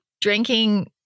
drinking